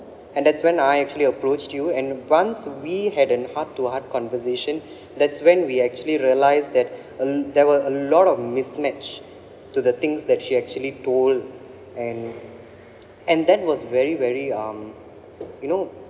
and that's when I actually approached you and once we had a heart to heart conversation that's when we actually realised that a l~ there were a lot of mismatch to the things that she actually told and and that was very very um you know